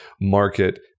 market